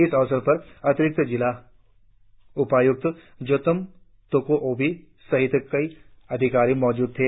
इस अवसर पर अतिरिक्त जिला उपायुक्त जोतम तोको ओबी सहित कई अधिकारी मौजूद थे